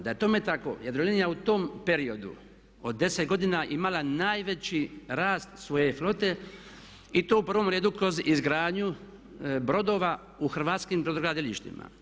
Da je tome tako Jadrolinija u tom periodu od 10 godina imala najveći rast svoje flote i to u prvom redu kroz izgradnju brodova u hrvatskim brodogradilištima.